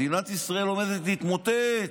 מדינת ישראל עומדת להתמוטט.